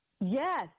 yes